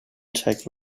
take